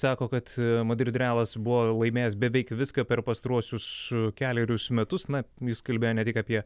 sako kad madrido realas buvo laimėjęs beveik viską per pastaruosius kelerius metus na jis kalbėjo ne tik apie